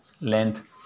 length